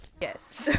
Yes